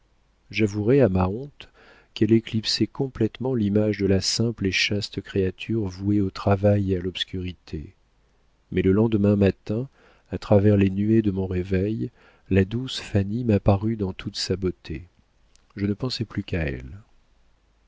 j'avouerai à ma honte qu'elle éclipsait complétement l'image de la simple et chaste créature vouée au travail et à l'obscurité mais le lendemain matin à travers les nuées de mon réveil la douce fanny m'apparut dans toute sa beauté je ne pensai plus qu'à elle